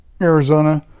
Arizona